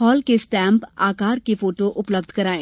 हाल के स्टैंप आकार के फोटो उपलब्ध करायें